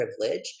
privilege